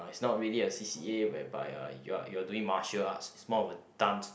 but it's not really a C_c_A whereby uh you are you are doing martial arts is more of a dance